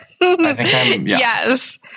yes